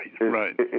right